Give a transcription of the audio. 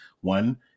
one